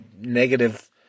negative